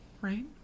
right